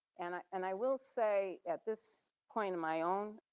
and i and i will say at this point in my own